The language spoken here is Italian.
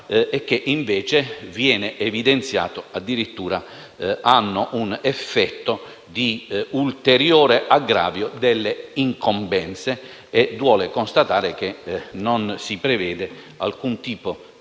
e che invece, viene evidenziato, addirittura hanno un effetto di ulteriore aggravio delle incombenze e duole constatare che non si prevede alcun tipo di